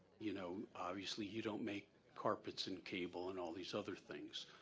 you know, obviously you don't make carpets and cable and all these other things,